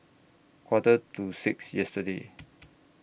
Quarter to six yesterday